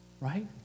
right